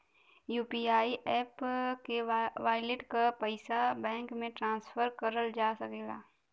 UPI app के wallet क पइसा बैंक में ट्रांसफर करल जा सकला